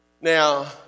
Now